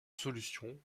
solution